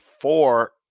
four